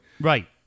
Right